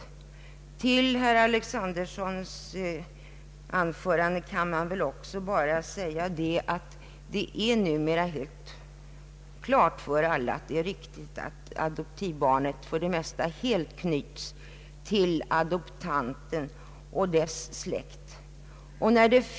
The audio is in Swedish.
Beträffande herr Alexandersons anförande kan jag också säga att det numera står rätt klart för alla, att det är riktigt att adoptivbarnet helt knyts till adoptanten och dennes släkt.